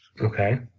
Okay